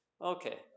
okay